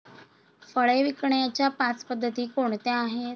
फळे विकण्याच्या पाच पद्धती कोणत्या आहेत?